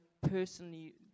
personally